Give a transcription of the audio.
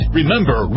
Remember